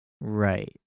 right